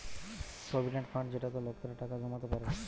provident fund যেটাতে লোকেরা টাকা জমাতে পারে